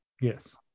Yes